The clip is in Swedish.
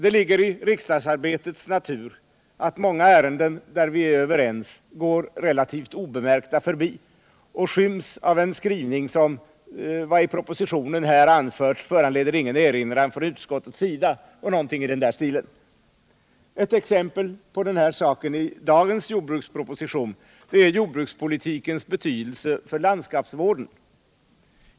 Det ligger i riksdagsarbetets natur att många ärenden där vi är överens går relativt obemärkta förbi och skyms av en skrivning som ”Vad i propositionen här anförts föranleder ingen erinran från utskottets sida”. Ett exempel på den saken i dagens jordbruksproposition är jordbrukspolitikens betydelse för landskapsvården.